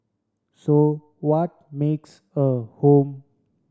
so what makes a home